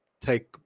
take